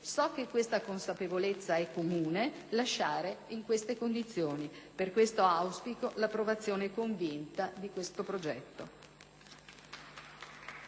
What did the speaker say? so che questa consapevolezza è comune - lasciare in queste condizioni. Per questo motivo, auspico l'approvazione convinta di questo progetto.